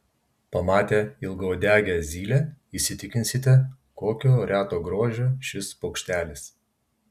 pamatę ilgauodegę zylę įsitikinsite kokio reto grožio šis paukštelis